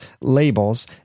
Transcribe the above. labels